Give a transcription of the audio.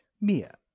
Mia